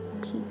Peace